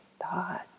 thought